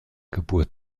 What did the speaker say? geburt